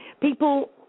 people